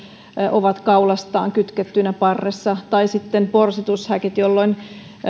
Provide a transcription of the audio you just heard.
ovat kaulastaan kytkettyinä parressa tai sitten porsitushäkit jolloin